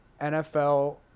NFL